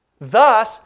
Thus